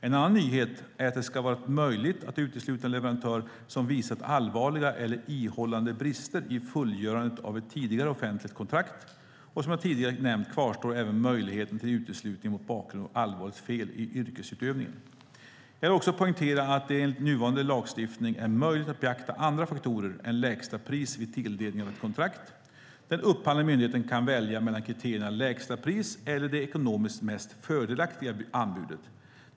En annan nyhet är att det ska vara möjligt att utesluta en leverantör som visat allvarliga eller ihållande brister i fullgörandet av ett tidigare offentligt kontrakt. Som jag tidigare nämnde kvarstår även möjligheten till uteslutning mot bakgrund av allvarligt fel i yrkesutövningen. Jag vill också poängtera att det enligt nuvarande lagstiftning är möjligt att beakta andra faktorer än lägsta pris vid tilldelningen av ett kontrakt. Den upphandlande myndigheten kan välja mellan kriterierna lägsta pris och det ekonomiskt mest fördelaktiga anbudet.